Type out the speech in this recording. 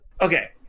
okay